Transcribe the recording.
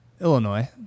Illinois